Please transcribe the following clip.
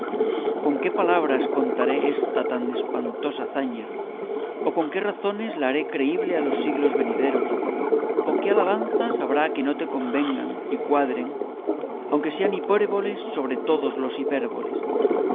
con qué palabras contaré esta tan espantosa hazaña o con qué razones la haré creíble a los siglos venideros o qué alabanzas habrá que no te convengan y cuadren aunque sean hipérboles sobre todos los